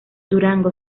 durango